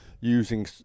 using